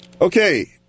Okay